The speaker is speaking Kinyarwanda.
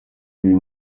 uyu